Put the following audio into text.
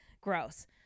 Gross